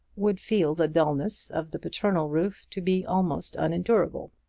would feel the dulness of the paternal roof to be almost unendurable.